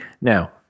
now